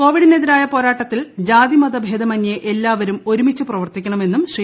കോവിഡിനെതിരായ പോരാട്ടത്തിൽ ജാതി മതഭേദമന്യേ എല്ലാവരും പ്രവർത്തിക്കണമെന്നും ശ്രീ